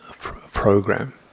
program